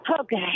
Okay